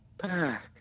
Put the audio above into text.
Back